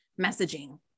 messaging